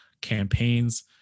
campaigns